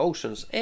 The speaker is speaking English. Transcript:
Oceans